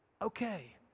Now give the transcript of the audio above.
Okay